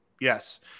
Yes